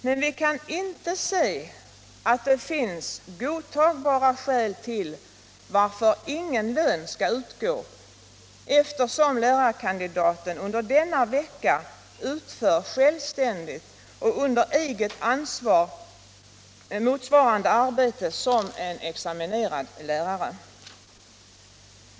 Men vi kan inte se att det finns godtagbara skäl till att ingen lön skall utgå eftersom lärarkandidaten under denna vecka självständigt och under eget ansvar utför samma arbete som en examinerad lärare.